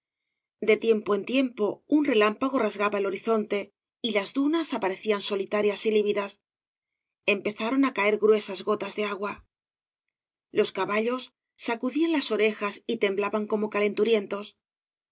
de tiempo en tiempo un relámpago rasgaba el horizonte y las dunas aparecían solitarias y lívidas empezaron á caer gruesas gotas de agua los cabasc fc obras de valle inclan líos sacudían las orejas y temblaban como calenturientos